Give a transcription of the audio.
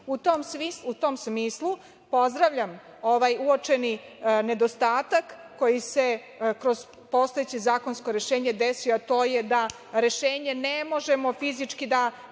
tom smislu, pozdravljam ovaj uočeni nedostatak koji se kroz postojeće zakonsko rešenje desio, a to je da rešenje ne možemo fizički da